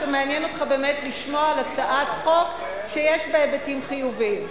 או שמעניין אותך באמת לשמוע על הצעת חוק שיש בה היבטים חיוביים?